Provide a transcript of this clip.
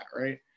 right